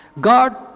God